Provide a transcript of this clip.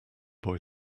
boy